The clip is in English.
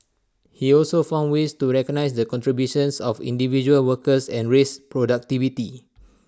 he also found ways to recognise the contributions of individual workers and raise productivity